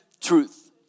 truth